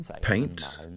paint